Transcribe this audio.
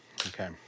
Okay